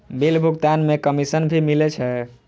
Bill भुगतान में commission भी मिले छै?